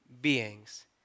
beings